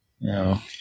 No